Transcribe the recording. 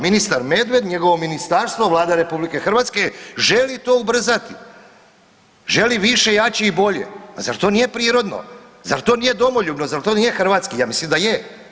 Ministar Medved, njegovo ministarstvo, Vlada RH želi to ubrzati, želi više, jače i bolje, pa zar to nije prirodno, zar to nije domoljubno, zar to nije hrvatski, ja mislim da je.